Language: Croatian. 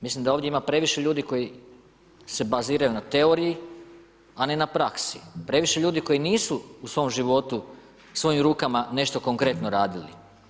Mislim da ovdje ima previše ljudi koji se baziraju na teoriji a ne na praksi, previše ljudi koji nisu u svom životu i svojim rukama nešto konkretno radili.